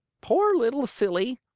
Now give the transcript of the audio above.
poor little silly!